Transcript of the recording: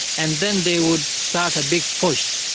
and then they would start a big push.